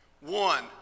One